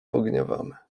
pogniewamy